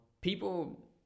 people